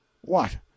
What